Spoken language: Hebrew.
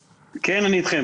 כן, אני איתכם.